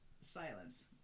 silence